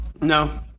No